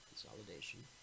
consolidation